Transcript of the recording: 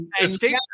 escape